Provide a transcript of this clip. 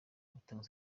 gutanga